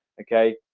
okay?